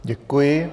Děkuji.